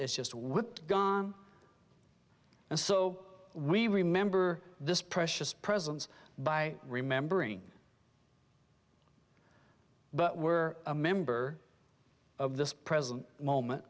is just what and so we remember this precious presence by remembering but we're a member of this present moment